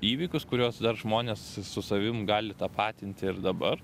įvykius kuriuos dar žmonės su savim gali tapatinti ir dabar